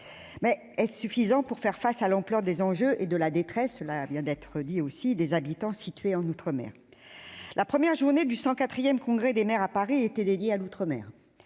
Mais est-ce suffisant pour faire face à l'ampleur des enjeux et de la détresse, évoquée à l'instant, des habitants des outre-mer ? La première journée du 104 Congrès des maires, à Paris, était consacrée à l'outre-mer.